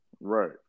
Right